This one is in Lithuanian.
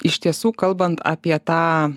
iš tiesų kalbant apie tą